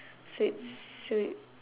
so it's so you